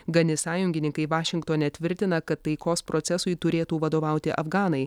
gani sąjungininkai vašingtone tvirtina kad taikos procesui turėtų vadovauti afganai